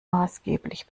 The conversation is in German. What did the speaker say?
maßgeblich